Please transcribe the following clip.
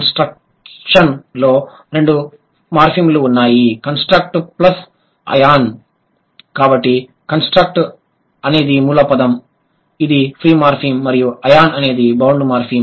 construction లో రెండు మార్ఫిమ్లు ఉన్నాయి కంస్ట్రక్ట్ ప్లస్ అయాన్ కాబట్టి కంస్ట్రక్ట్ అనేది మూల పదం ఇది ఫ్రీ మార్ఫిమ్ మరియు అయాన్ అనేది బౌండ్ మార్ఫిమ్